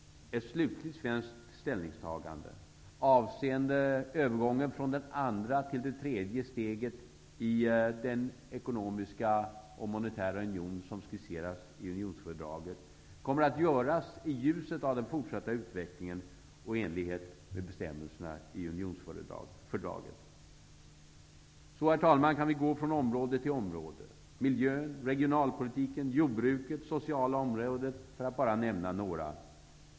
Ett slutligt svenskt ställningstagande avseende övergången från det andra till det tredje steget i den ekonomiska och monetära union, som skisseras i unionsfördraget, kommer att göras i ljuset av den fortsatta utvecklingen och i enlighet med bestämmelserna i unionsfördraget. Så, herr talman, kan vi gå från område till område: miljö, regionalpolitik, jordbruk, sociala områden, för att bara nämna några.